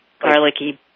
garlicky